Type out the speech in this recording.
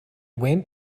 went